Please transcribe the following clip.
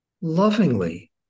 lovingly